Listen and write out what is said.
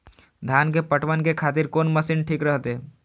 धान के पटवन के खातिर कोन मशीन ठीक रहते?